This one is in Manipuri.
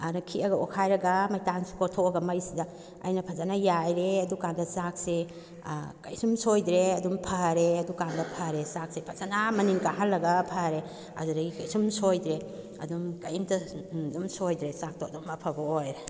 ꯑꯗꯨ ꯈꯤꯛꯑꯒ ꯑꯣꯠꯈꯥꯏꯔꯒ ꯃꯩꯇꯥꯟꯁꯤ ꯀꯣꯠꯊꯣꯛꯑꯒ ꯃꯩꯁꯤꯗ ꯑꯩꯅ ꯐꯖꯅ ꯌꯥꯏꯔꯦ ꯑꯗꯨ ꯀꯥꯟꯗ ꯆꯥꯛꯁꯦ ꯀꯩꯁꯨꯝ ꯁꯣꯏꯗ꯭ꯔꯦ ꯑꯗꯨꯝ ꯐꯔꯦ ꯑꯗꯨ ꯀꯥꯟꯗ ꯐꯔꯦ ꯆꯥꯛꯁꯦ ꯐꯖꯅ ꯃꯅꯤꯜ ꯀꯥꯍꯟꯂꯒ ꯐꯔꯦ ꯑꯗꯨꯗꯒꯤ ꯀꯩꯁꯨꯝ ꯁꯣꯏꯗ꯭ꯔꯦ ꯑꯗꯨꯝ ꯀꯩꯝꯇ ꯑꯗꯨꯝ ꯁꯣꯏꯗ꯭ꯔꯦ ꯆꯥꯛꯇꯣ ꯑꯗꯨꯝ ꯑꯐꯕ ꯑꯣꯏꯔꯦ